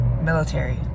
military